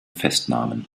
festnahmen